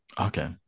Okay